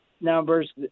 numbers